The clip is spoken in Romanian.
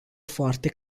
foarte